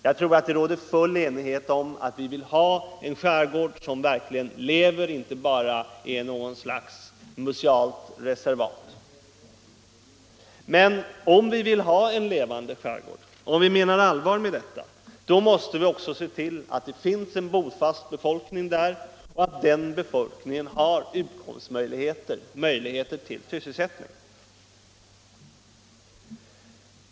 Jag tror att det råder full enighet om att vi skall ha en skärgård som verkligen lever och inte bara något slags musealt reservat. Men om vi menar allvar med detta, måste vi också se till att det finns en bofast befolkning i skärgården och att denna befolkning har utkomstmöjligheter, möjligheter till sysselsättning.